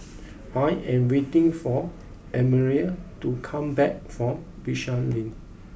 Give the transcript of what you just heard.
I am waiting for Annemarie to come back from Bishan Lane